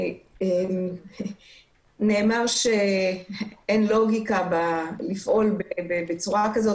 נאמר שאין לוגיקה לפעול בצורה כזו,